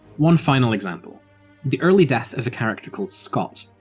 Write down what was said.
one final example the early death of a character called scott,